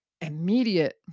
immediate